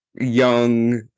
young